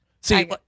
see